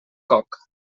coc